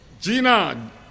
Gina